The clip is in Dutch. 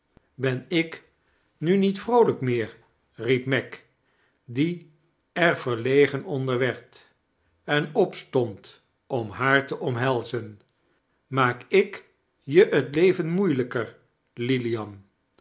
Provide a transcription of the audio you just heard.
ben ik nu niet vroolijk meer riep meg die er verlegen onder werd en opstond om naar te omhelzen maak ik je het leven moeiliiker lilian